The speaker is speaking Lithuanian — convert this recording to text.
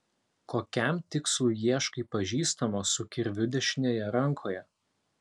kokiam tikslui ieškai pažįstamo su kirviu dešinėje rankoje